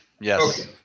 Yes